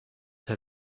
been